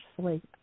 sleep